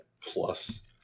plus